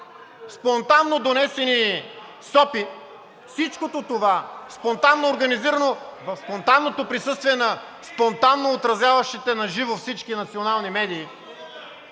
„Викайте линейка!“) и всичкото това е спонтанно организирано в спонтанното присъствие на спонтанно отразяващите на живо всички национални медии,